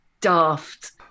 daft